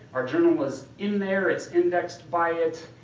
our journal was in there, it's indexed by it.